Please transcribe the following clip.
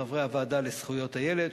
חברי הוועדה לזכויות הילד,